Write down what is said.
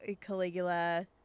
Caligula